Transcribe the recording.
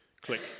Click